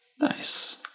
Nice